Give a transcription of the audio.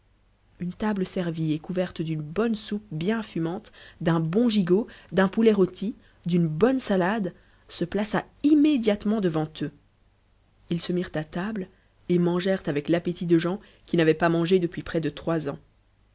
une table servie et couverte d'une bonne soupe bien fumante d'un bon gigot d'un poulet rôti d'une bonne salade se plaça immédiatement devant eux ils se mirent à table et mangèrent avec l'appétit de gens qui n'avaient pas mangé depuis près de trois ans